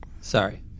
Sorry